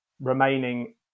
remaining